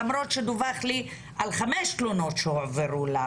למרות שדווח לי על חמש תלונות שהועברו.